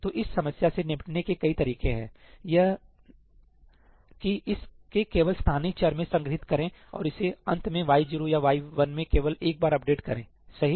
तो इस समस्या से निपटने के कई तरीके हैं एक यह है कि इसे केवल स्थानीय चर में संग्रहीत करें और इसे अंत में y 0 या y 1 में केवल एक बार अपडेट करेंसही